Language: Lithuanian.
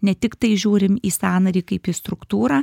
ne tiktai žiūrim į sąnarį kaip į struktūrą